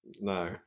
no